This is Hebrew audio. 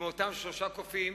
כמו אותם שלושה קופים,